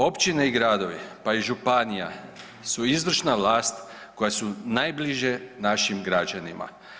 Općine i gradovi pa i županija su izvršna vlast koja su najbliže našim građanima.